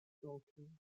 talking